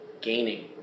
gaining